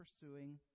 pursuing